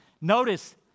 Notice